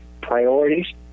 priorities